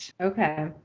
okay